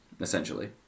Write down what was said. essentially